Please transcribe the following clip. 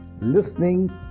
listening